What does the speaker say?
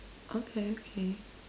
okay okay